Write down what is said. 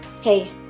Hey